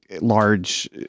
large